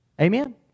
Amen